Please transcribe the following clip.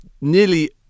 nearly